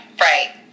Right